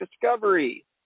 Discovery